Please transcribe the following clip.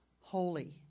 Holy